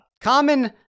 common